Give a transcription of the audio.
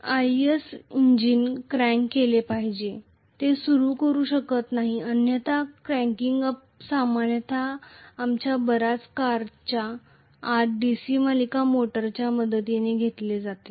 IC engine crank केले पाहिजेत ते सुरू करू शकत नाहीत अन्यथा क्रॅनिंग अप सामान्यत आमच्या बऱ्याच कारच्या आत DC सिरीजमोटरच्या मदतीने केले जाते